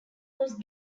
lose